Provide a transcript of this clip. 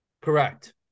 Correct